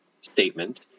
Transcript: statement